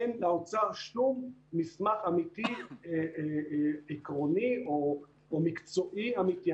אין לאוצר שום מסמך עקרוני אמיתי או מקצועי אמיתי.